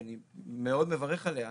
שאני מאוד מברך עליה,